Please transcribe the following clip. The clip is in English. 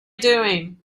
doing